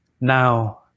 Now